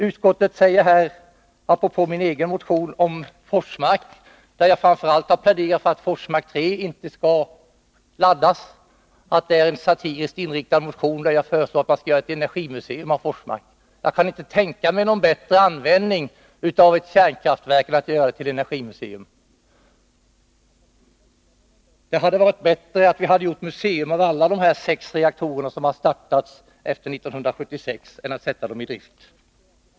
Utskottet säger att min motion om Forsmark, i vilken jag framför allt har pläderat för att Forsmark 3 inte skall laddas, är en satiriskt präglad motion, att den utmynnar i ett förslag om att man skall göra ett energimuseum av Forsmark. Jag kan inte tänka mig någon bättre användning av ett kärnkraftverk än att just göra det till ett energimuseum. Det hade varit bättre att göra museer av alla de sex reaktorer som har startats efter 1976 än att ta dem i drift.